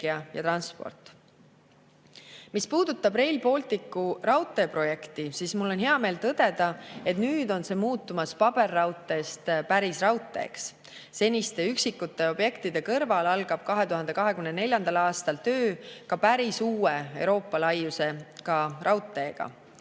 Mis puudutab Rail Balticu raudteeprojekti, siis mul on hea meel tõdeda, et nüüd on see muutumas paberraudteest päris raudteeks. Seniste üksikute objektide kõrval algab 2024. aastal töö ka päris uue Euroopa laiusega raudteega.